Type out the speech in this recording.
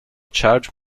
charge